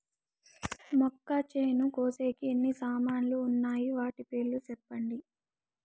మొక్కచేను కోసేకి ఎన్ని సామాన్లు వున్నాయి? వాటి పేర్లు సెప్పండి?